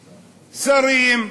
שרים,